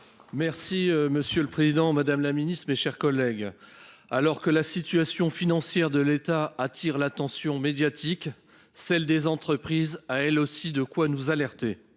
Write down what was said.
Merci Monsieur le Président, Madame la Ministre, mes chers collègues. Alors que la situation financière de l'État attire l'attention médiatique, celle des entreprises a elle aussi de quoi nous alerter.